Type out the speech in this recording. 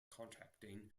contracting